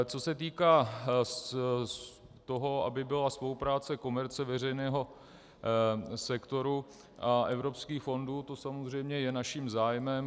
Co se týká, aby byla spolupráce komerce, veřejného sektoru a evropských fondů, to samozřejmě je naším zájmem.